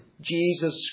Jesus